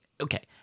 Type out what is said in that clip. Okay